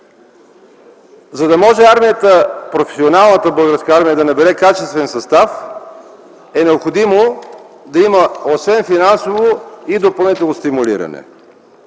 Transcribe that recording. За да може професионалната българска армия да набере качествен състав, е необходимо да има освен финансово и допълнително стимулиране.